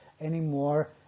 anymore